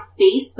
Facebook